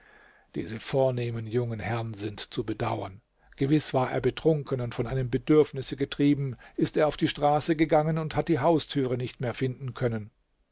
diese vornehmen jungen herrn sind zu bedauern gewiß war er betrunken und von einem bedürfnisse getrieben ist er auf die straße gegangen und hat die haustüre nicht mehr finden können